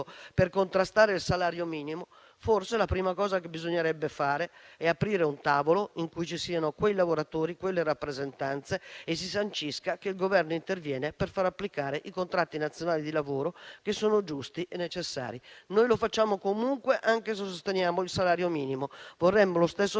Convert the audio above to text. per contrastare il salario minimo, forse la prima cosa da fare dovrebbe essere aprire un tavolo in cui ci siano quei lavoratori e quelle rappresentanze e si sancisca che il Governo interviene per far applicare i contratti nazionali di lavoro, che sono giusti e necessari. Noi lo facciamo comunque, anche se sosteniamo il salario minimo. Vorremmo lo stesso sforzo